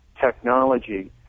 technology